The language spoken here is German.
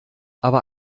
aber